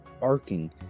barking